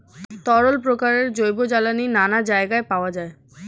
তরল প্রকারের জৈব জ্বালানি নানা জায়গায় পাওয়া যায়